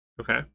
Okay